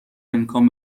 امکان